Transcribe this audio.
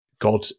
God